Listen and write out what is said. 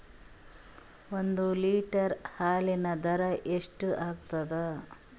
ಒಂದ್ ಲೀಟರ್ ಹಾಲಿನ ದರ ಎಷ್ಟ್ ಆಗತದ?